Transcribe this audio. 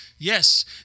Yes